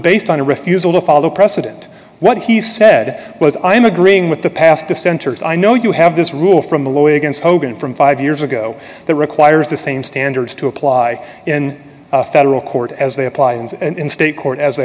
based on a refusal to follow precedent what he said was i'm agreeing with the past dissenters i know you have this rule from a lawyer against hogan from five years ago that requires the same standard to apply in federal court as they apply and in state court as they